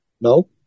No